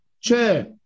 chair